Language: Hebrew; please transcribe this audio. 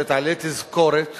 שתעלה תזכורת